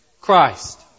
Christ